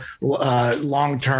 long-term